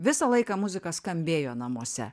visą laiką muzika skambėjo namuose